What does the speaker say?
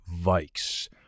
Vikes